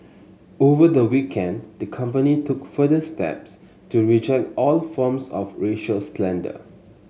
over the weekend the company took further steps to reject all forms of racial slander